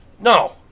No